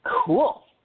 Cool